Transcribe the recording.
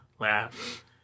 laugh